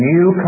New